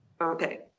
Okay